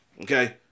okay